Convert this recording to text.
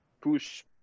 push